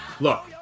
look